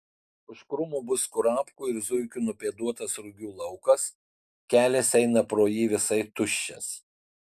už krūmų bus kurapkų ir zuikių nupėduotas rugių laukas kelias eina pro jį visai tuščias